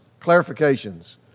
clarifications